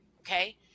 Okay